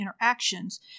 interactions